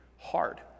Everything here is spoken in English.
Hard